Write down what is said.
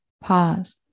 pause